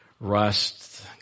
rust